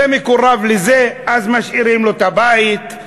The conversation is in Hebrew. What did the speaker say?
זה מקורב לזה, אז משאירים לו את הבית,